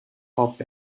pop